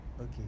okay